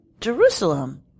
Jerusalem